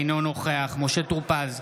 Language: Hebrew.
אינו נוכח משה טור פז,